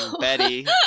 Betty